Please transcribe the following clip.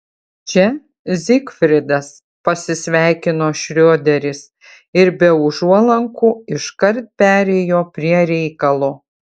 čia zigfridas pasisveikino šrioderis ir be užuolankų iškart perėjo prie reikalo